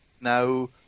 now